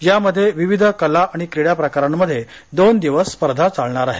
यामध्ये विविध कला आणि क्रीडा प्रकारांमध्ये दोन दिवस स्पर्धा चालणार आहेत